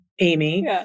Amy